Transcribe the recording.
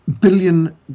billion